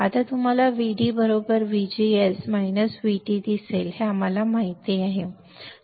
आता तुम्हाला VD VGS VT दिसेल हे आम्हाला माहीत आहे